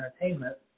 Entertainment